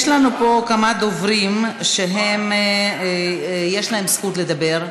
יש לנו עוד כמה חברי כנסת שיש להם זכות לדבר.